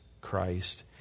Christ